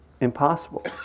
impossible